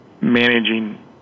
managing